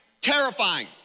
Terrifying